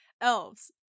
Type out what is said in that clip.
elves